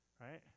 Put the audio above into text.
right